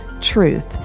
truth